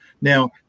Now